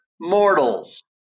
mortals